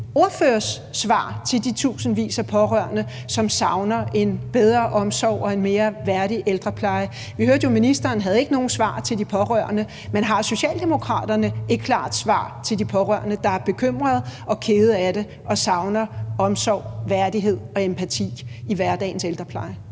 ordførers svar til de tusindvis af pårørende, som savner en bedre omsorg og en mere værdig ældrepleje? Vi hørte jo, at ministeren ikke havde nogen svar til de pårørende, men har Socialdemokraterne et klart svar til de pårørende, der er bekymrede og kede af det og savner omsorg, værdighed og empati i hverdagens ældrepleje?